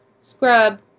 Scrub